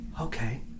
okay